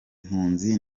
mpunzi